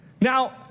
Now